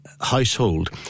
household